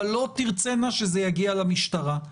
אבל לא תרצינה שזה יגיע למשטרה.